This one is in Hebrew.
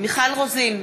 מיכל רוזין,